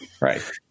right